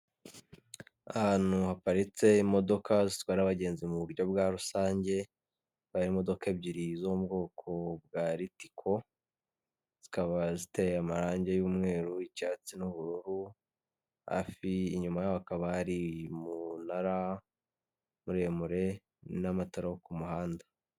Ahantu haparitse imodoka zitwara n'abagenzi mu buryo bwa rusange, hakaba hari imodoka ebyiri zo mubwoko bwa Ritiko zikaba ziteye amarangi y'umweru icyatsi n'ubururu hafi inyuma hakaba hari umunara muremure n'amatara ku muhanda.